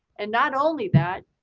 and not only that,